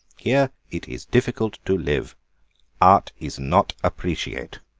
here it is difficult to live art is not appreciate.